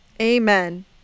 Amen